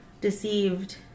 deceived